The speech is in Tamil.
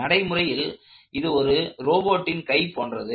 நடைமுறையில் இது ஒரு ரோபோட்டின் கை போன்றது